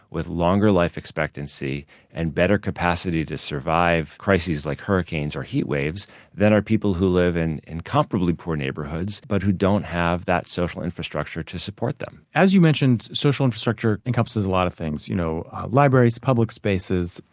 with longer life expectancy and better capacity to survive crises like hurricanes or heat waves than are people who live in in comparably poor neighborhoods but who don't have that social infrastructure to support them as you mentioned, social infrastructure encompasses a lot of things. you know libraries, public spaces,